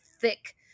thick